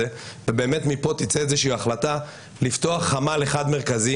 ובאמת מפה תצא איזושהי החלטה לפתוח חמ"ל אחד מרכזי